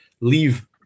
leave